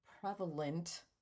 prevalent